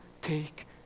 take